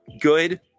good